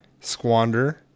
squander